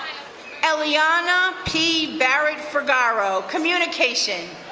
eliana p. barret fergaro, communication.